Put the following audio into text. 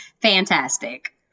fantastic